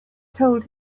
told